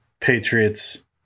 Patriots